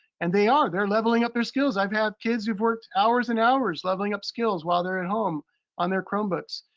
and they are, they're leveling up their skills. i've had kids who've worked hours and hours leveling skills while they're at home on their chromebooks,